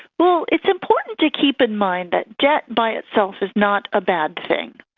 well, it's important to keep in mind that debt by itself is not a bad thing.